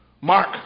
Mark